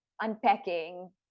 unpacking